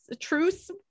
truce